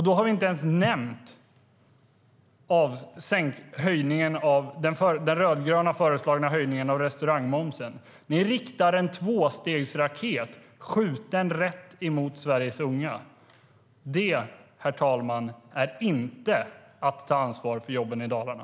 Då har vi inte ens nämnt den rödgröna föreslagna höjningen av restaurangmomsen. Ni riktar och skjuter en tvåstegsraket rätt mot Sveriges unga. Det, herr talman, är inte att ta ansvar för jobben i Dalarna.